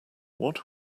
what